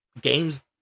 games